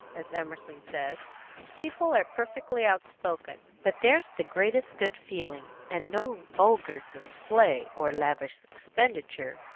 as emerson says people are perfectly outspoken but there's the greatest good feeling, and no vulgar display, or lavish expenditure,